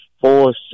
four